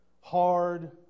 hard